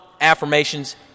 affirmations